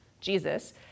Jesus